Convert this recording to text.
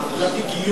אה, חשבתי גיור.